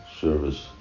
service